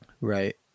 Right